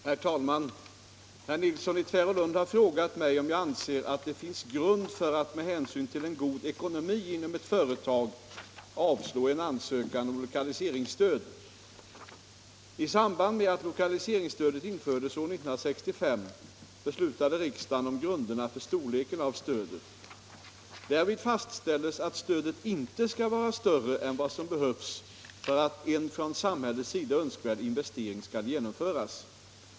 Herr talman! Herr Nilsson i Tvärålund har frågat mig om jag anser att det finns grund för att, med hänsyn till en god ekonomi inom ett företag, avslå en ansökan om lokaliseringsstöd. I samband med att lokaliseringsstödet infördes år 1965 beslutade riksdagen om grunderna för storleken av stödet. Därvid fastställdes att stödet inte skall vara större än vad som behövs för att en från samhällets sida önskvärd investering skall genomföras.